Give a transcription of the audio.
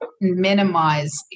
minimize